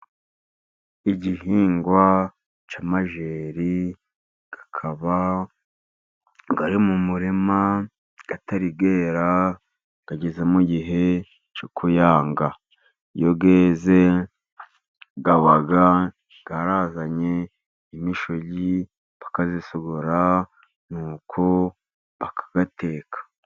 Igihingwa cy'amajeri akaba ari mu murima atari yera, ageze mu gihe cyo kuyanga. Iyo yeze aba yarazanye imishogi bakayisogora nuko bakayateka.